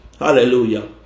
Hallelujah